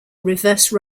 reverse